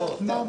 לא, בסדר.